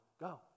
Go